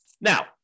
Now